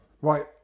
Right